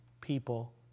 people